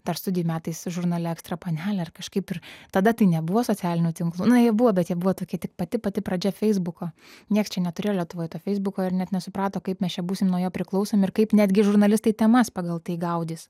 dar studijų metais žurnale ekstra panelė ar kažkaip ir tada tai nebuvo socialinių tinklų na jie buvo bet jie buvo tokie tik pati pati pradžia feisbuko nieks čia neturėjo lietuvoj to feisbuko ir net nesuprato kaip mes čia būsim nuo jo priklausomi ir kaip netgi žurnalistai temas pagal tai gaudys